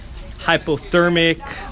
hypothermic